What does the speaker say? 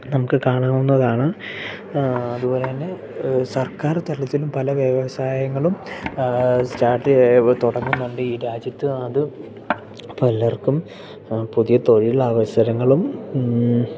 നമുക്ക് കാണാവുന്നതാണ് അതുപോലെ തന്നെ സർക്കാർ തലത്തിലും പല വ്യവസായങ്ങളും സ്റ്റാർട്ട് തുടങ്ങുന്നുണ്ട് ഈ രാജ്യത്ത് അത് പലർക്കും പുതിയ തൊഴിലവസരങ്ങളും